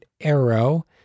arrow